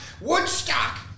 Woodstock